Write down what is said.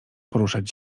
poruszać